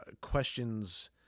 questions